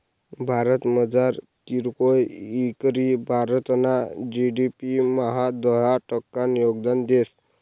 भारतमझार कीरकोय इकरी भारतना जी.डी.पी मा दहा टक्कानं योगदान देस